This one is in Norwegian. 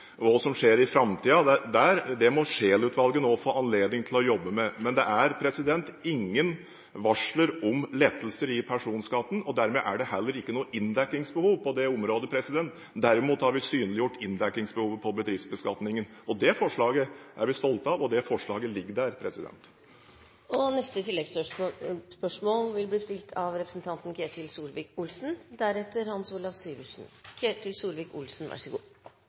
hva som skjer i framtiden, må Scheel-utvalget nå få anledning til å jobbe med. Men det er ingen varsler om lettelser i personskatten, og dermed er det heller ikke noe inndekningsbehov på det området. Derimot har vi synliggjort inndekningsbehovet på bedriftsbeskatningen, og det forslaget er vi stolte av, og det forslaget ligger der. Ketil Solvik-Olsen – til oppfølgingsspørsmål. Først litt voksenopplæring: Fremskrittspartiet balanserer sine budsjett, og